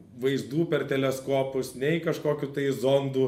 vaizdų per teleskopus nei kažkokių tai zondų